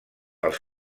els